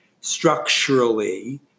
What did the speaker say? structurally